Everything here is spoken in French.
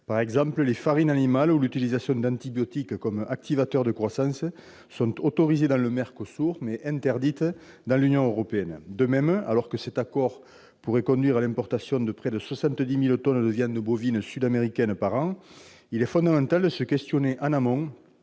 Par exemple, les farines animales ou l'utilisation d'antibiotiques comme activateurs de croissance sont autorisées dans les pays du MERCOSUR, mais interdites dans l'Union européenne. De même, alors que cet accord pourrait conduire à l'importation de près de 70 000 tonnes de viande bovine sud-américaine par an, il est fondamental de s'interroger en amont